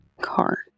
car